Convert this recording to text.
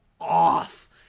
off